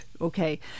okay